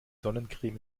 sonnencreme